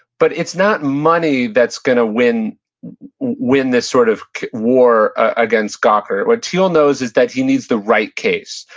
but it's not money that's going to win win this sort of war against gawker. what thiel knows is that he needs the right case.